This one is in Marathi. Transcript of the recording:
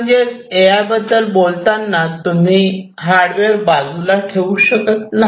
म्हणजेच बद्दल बोलताना तुम्ही हार्डवेअर बाजूला ठेवू शकत नाही